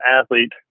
athlete